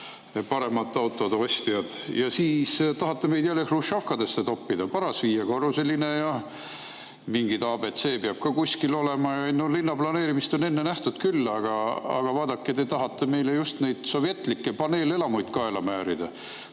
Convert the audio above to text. paremate autode ostjad! Ja siis tahate meid jälle hruštšovkadesse toppida: paras viiekorruseline ja mingi ABC peab ka kuskil olema. Linnaplaneerimist on enne nähtud küll, aga vaadake, te tahate meile just neid sovetlikke paneelelamuid kaela määrida.